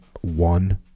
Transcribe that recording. one